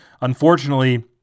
Unfortunately